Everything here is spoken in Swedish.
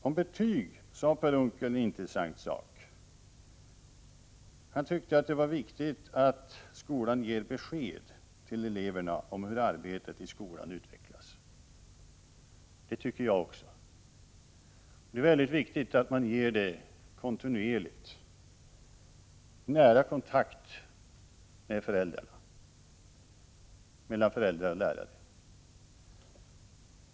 Om betyg sade Per Unckel en intressant sak. Han tyckte att det var viktigt att skolan ger besked till eleverna om hur arbetet i skolan utvecklas. Det tycker jag också. Det är väldigt viktigt att man ger det kontinuerligt och i nära kontakt mellan föräldrar och lärare.